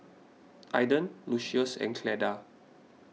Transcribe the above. Aiden Lucious and Cleda